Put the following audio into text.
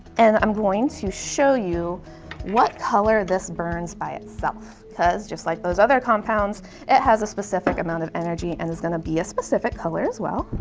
and i'm going to show you what color this burns by itself because just like those other compounds it has a specific amount of energy and it's going to be a specific color as well.